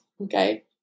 okay